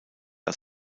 als